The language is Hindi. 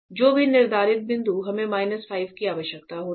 जो भी निर्धारित बिंदु हमें माइनस 5 की आवश्यकता होती है